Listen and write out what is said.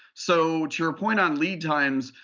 so to your point on lead times,